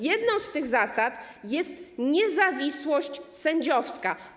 Jedną z tych zasad jest niezawisłość sędziowska.